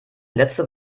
letzte